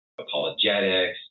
apologetics